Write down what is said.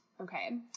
Okay